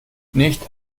nicht